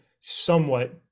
somewhat